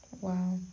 Wow